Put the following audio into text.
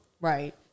Right